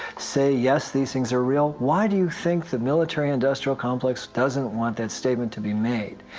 say, yes, these things are real. why do you think the military-industrial complex doesn't want that statement to be made?